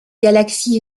galaxie